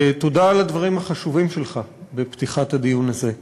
ותודה על הדברים החשובים שלך בפתיחת הדיון הזה.